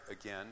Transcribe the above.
again